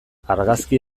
argazki